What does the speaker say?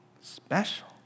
special